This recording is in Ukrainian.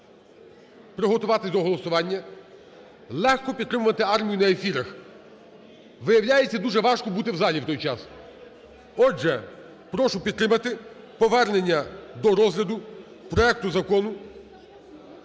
приготуватись до голосування легко підтримувати армію на ефірах, виявляється дуже важко бути в залі в той час. Отже, прошу підтримати повернення до розгляду проекту Закону